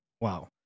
Wow